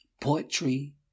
Poetry